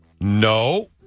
No